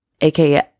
aka